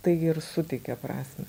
tai ir suteikia prasmę